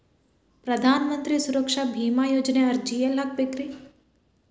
ಪ್ರಧಾನ ಮಂತ್ರಿ ಸುರಕ್ಷಾ ಭೇಮಾ ಯೋಜನೆ ಅರ್ಜಿ ಎಲ್ಲಿ ಹಾಕಬೇಕ್ರಿ?